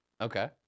Okay